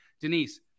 Denise